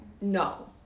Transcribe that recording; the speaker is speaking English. No